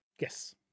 Yes